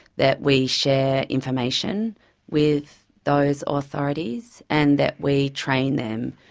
that we share information with those authorities and that we train them,